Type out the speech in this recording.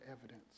evidence